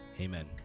amen